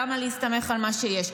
למה להסתמך על מה שיש?